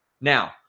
Now